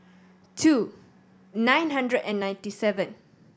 two nine hundred and ninety seven